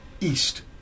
east